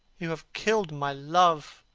you have killed my love,